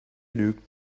lügt